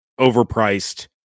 overpriced